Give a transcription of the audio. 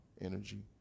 energy